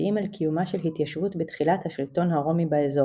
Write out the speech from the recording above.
המצביעים על קיומה של התיישבות בתחילת השלטון הרומי באזור.